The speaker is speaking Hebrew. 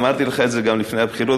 אמרתי לך את זה גם לפני הבחירות,